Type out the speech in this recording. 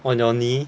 on your knee